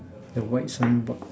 the white sign board